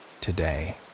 today